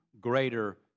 greater